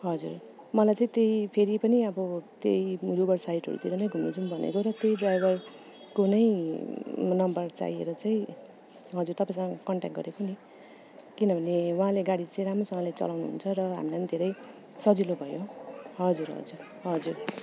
हजुर मलाई चाहिँ त्यही फेरि पनि अब त्यही डुवर्स साइडहरूतिर नै घुम्न जाऔँ भनेको त त्यही ड्राइभरको नै नम्बर चाहिएर चाहिँ हजुर तपाईँसँग कन्ट्याक्ट गरेको नि किनभने उहाँले गाडी चाहिँ राम्रोसँग चलाउनुहुन्छ र हामीलाई नि धेरै सजिलो भयो हजुर हजुर हजुर